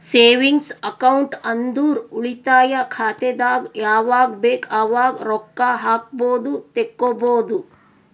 savings account ಅಂದುರ್ ಉಳಿತಾಯ ಖಾತೆದಾಗ್ ಯಾವಗ್ ಬೇಕ್ ಅವಾಗ್ ರೊಕ್ಕಾ ಹಾಕ್ಬೋದು ತೆಕ್ಕೊಬೋದು